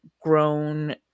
grown